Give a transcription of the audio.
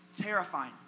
terrifying